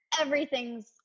everything's